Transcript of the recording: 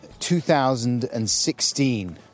2016